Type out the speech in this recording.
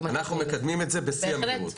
אנחנו מקדמים את זה בשיא המהירות.